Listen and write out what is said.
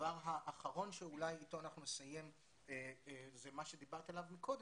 הדבר האחרון שאולי איתו אנחנו נסיים זה מה שדיברת עליו מקודם,